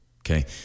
okay